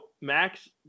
Max